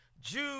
Jude